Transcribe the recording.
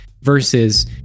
versus